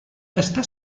està